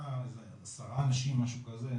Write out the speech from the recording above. שהייתה איזה עשרה אנשים משהו כזה,